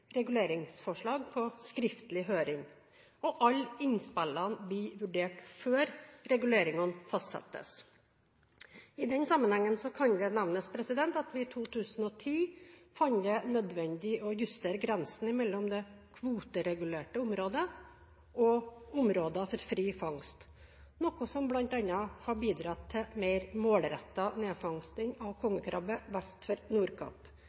reguleringsforslag på skriftlig høring, og alle innspillene blir vurdert før reguleringene fastsettes. I denne sammenheng kan det nevnes at vi i 2010 fant det nødvendig å justere grensen mellom det kvoteregulerte området og områder for fri fangst, noe som bl.a. har bidratt til en mer målrettet nedfangsting av kongekrabbe vest for